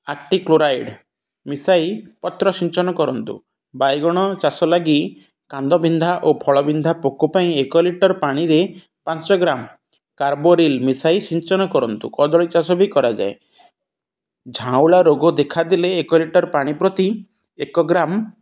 ଆର୍ଟିିକ୍ଲୋରାଇଡ଼୍ ମିଶାଇ ପତ୍ର ସିଞ୍ଚନ କରନ୍ତୁ ବାଇଗଣ ଚାଷ ଲାଗି କାଣ୍ଡ ବିନ୍ଧା ଓ ଫଳ ବିନ୍ଧା ପୋକ ପାଇଁ ଏକ ଲିଟର୍ ପାଣିରେ ପାଞ୍ଚ ଗ୍ରାମ୍ କାର୍ବୋରିଲ୍ ମିଶାଇ ସିଞ୍ଚନ କରନ୍ତୁ କଦଳୀ ଚାଷ ବି କରାଯାଏ ଝାଉଁଳା ରୋଗ ଦେଖାଦେଲେ ଏକ ଲିଟର୍ ପାଣି ପ୍ରତି ଏକ ଗ୍ରାମ୍